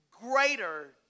greater